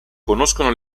conoscono